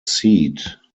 seed